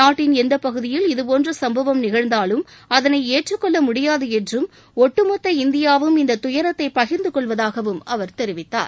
நாட்டின் எந்தப் பகுதியில் இதபோன்ற சம்பவம் நிகழ்ந்தாலும் அதனை ஏற்றுக் கொள்ள முடியாது என்றும் ஒட்டுமொத்த இந்தியாவும் இந்த துயரத்தை பகிர்ந்து கொள்வதாகவும் அவர் தெரிவித்தார்